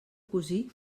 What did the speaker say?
cosí